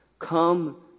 come